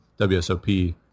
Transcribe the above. WSOP